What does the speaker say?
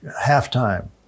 half-time